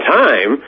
time